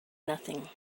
nothing